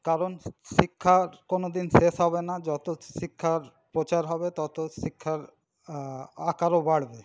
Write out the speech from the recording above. কারণ শিক্ষার কোনোদিন শেষ হবে না যত শিক্ষার প্রচার হবে তত শিক্ষার আকারও বাড়বে